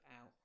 out